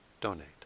donate